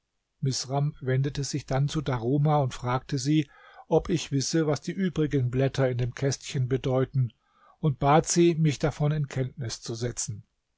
wendete sich dann zu daruma und fragte sie ob ich wisse was die übrigen blätter in dem kästchen bedeuten und bat sie mich davon in kenntnis zu setzen